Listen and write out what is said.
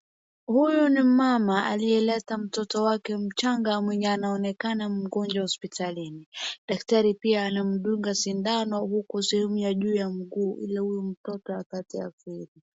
Huyu ni mama aliyeleta mtoto wake mchanga mwenye anaonekana mgonjwa hospitali. Daktari pia anamdunga sindano huku sehemu ya juu ya mguu ya huyu mtoto akalia kweli.